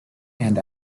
and